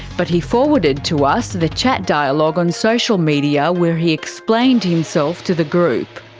but he forwarded to us the chat dialogue on social media where he explained himself to the group.